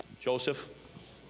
Joseph